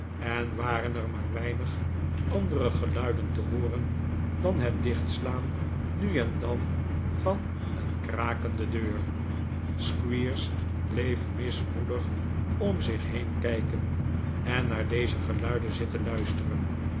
en waren er maar weinig andere geluiden te hooren dan het dichtslaan nu en dan van een krakende deur squeers bleef mismoedig om zich heen kijken en naar deze geluiden zitten luisteren